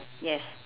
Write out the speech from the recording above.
yes